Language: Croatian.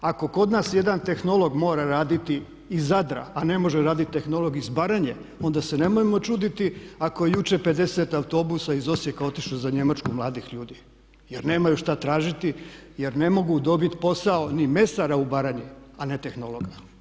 Ako kod nas jedan tehnolog mora raditi iz Zadra, a ne može raditi tehnolog iz Baranje onda se nemojmo čuditi ako je jučer 50 autobusa iz Osijeka otišlo za Njemačku mladih ljudi, jer nemaju šta tražiti, jer ne mogu dobit posao ni mesara u Baranji, a ne tehnologa.